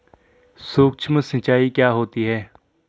सुक्ष्म सिंचाई क्या होती है?